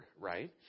right